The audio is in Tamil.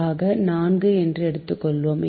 ஆக 4 என்று எடுத்துக்கொள்வோம்